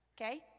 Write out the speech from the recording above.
Okay